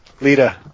Lita